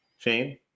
Shane